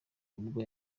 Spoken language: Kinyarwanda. ubwo